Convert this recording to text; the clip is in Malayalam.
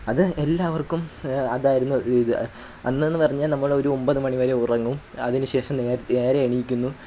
അത് എല്ലാവർക്കും അതായിരുന്നു ഇത് അന്നേയെന്നു പറഞ്ഞാൽ നമ്മളൊരു ഒൻപത് മണിവരെ ഉറങ്ങും അതിനു ശേഷം നേരത്തെ നേരെ എണീക്കുന്നു